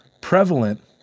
prevalent